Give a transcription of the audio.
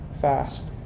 fast